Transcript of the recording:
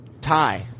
tie